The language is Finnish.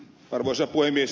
arvoisa puhemies